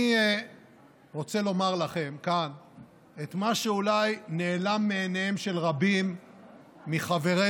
רוצה לומר לכם כאן את מה שאולי נעלם מעיניהם של רבים מחברינו,